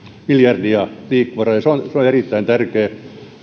miljardia liikkumavaraa ja se on erittäin tärkeää